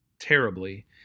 terribly